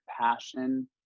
passion